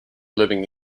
living